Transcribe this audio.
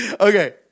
Okay